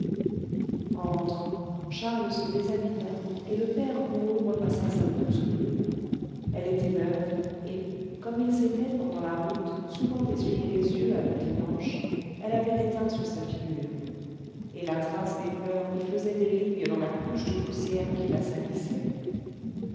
en rentrant charles se déshabilla et le père rouault repassa sa blouse bleue elle était neuve et comme il s'était pendant la route souvent essuyé les yeux avec les manches elle avait déteint sur sa figure et la trace des pleurs y faisait des lignes dans la couche de poussière qui la salissait